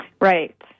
Right